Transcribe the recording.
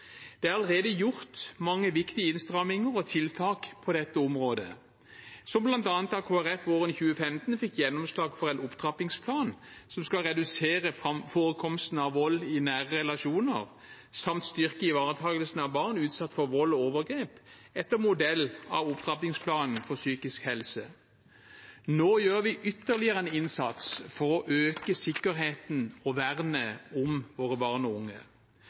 Det er allerede gjort mange viktig innstramminger og tiltak på dette området, som bl.a. da Kristelig Folkeparti våren 2015 fikk gjennomslag for en opptrappingsplan som skal redusere forekomsten av vold i nære relasjoner samt styrke ivaretakelsen av barn utsatt for vold og overgrep, etter modell av opptrappingsplanen for psykisk helse. Nå gjør vi ytterligere en innsats for å øke sikkerheten for og vernet om våre barn og unge.